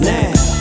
Now